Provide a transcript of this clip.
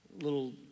little